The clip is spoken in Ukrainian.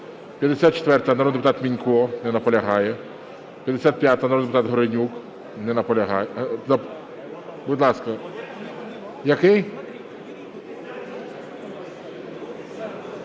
54-а, народний депутат Мінько. Не наполягає. 55-а, народний депутат Горенюк. Не наполягає. Будь ласка. Який?